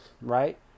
right